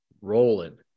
rolling